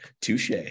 Touche